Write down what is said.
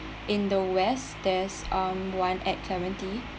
in the west there's um one at Clementi